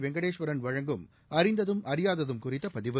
வெங்கடேஸ்வரன் வழங்கும் அறிந்ததும் அறியாததும் குறித்த பதிவு